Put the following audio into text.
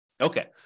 Okay